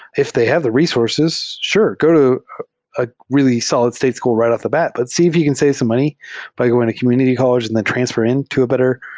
if they have the resources, sure, go to a really solid-state school right off the bat. but see if you can save some money by going to community college and transfer in to a better,